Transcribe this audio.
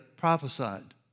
prophesied